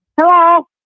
Hello